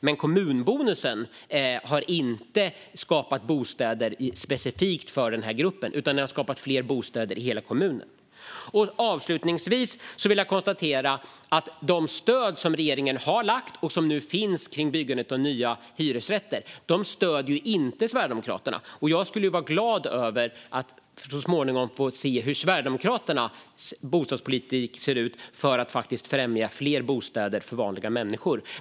Men kommunbonusen har inte skapat bostäder specifikt för den gruppen, utan den har skapat fler bostäder i hela kommunen. Avslutningsvis vill jag konstatera att de stöd som regeringen har lagt fram och som nu finns för byggandet av nya hyresrätter inte stöds av Sverigedemokraterna. Jag skulle bli glad över att så småningom få se hur Sverigedemokraternas bostadspolitik för att faktiskt främja fler bostäder för vanliga människor ser ut.